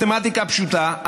מתמטיקה פשוטה.